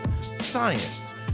science